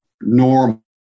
normal